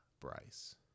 Bryce